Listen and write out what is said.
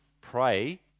pray